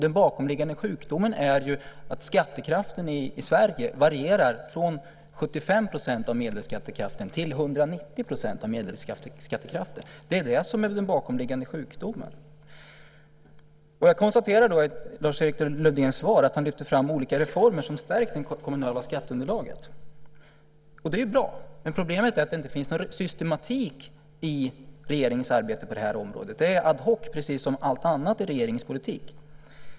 Den bakomliggande sjukdomen är ju att skattekraften i Sverige varierar från 75 % av medelskattekraften till 190 % av medelskattekraften. Det är det som är den bakomliggande sjukdomen. Jag konstaterar att Lars-Erik Lövdén i sitt svar lyfter fram olika reformer som stärker det kommunala skatteunderlaget, och det är ju bra. Men problemet är att det inte finns någon systematik i regeringens arbete på det här området. Det är ad hoc , precis som allt annat i regeringens politik.